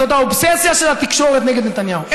זאת האובססיה של התקשורת לנתניהו.